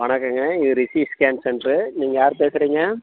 வணக்கங்க இது Rishi scan centre நீங்கள் யார் பேசுகிறீங்க